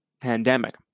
pandemic